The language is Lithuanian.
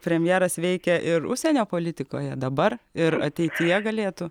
premjeras veikia ir užsienio politikoje dabar ir ateityje galėtų